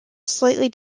slightly